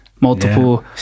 multiple